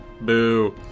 Boo